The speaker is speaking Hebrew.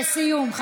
לסיום.